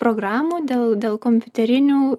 programų dėl dėl kompiuterinių